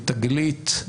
'תגלית',